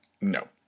no